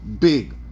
big